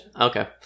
Okay